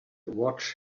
watch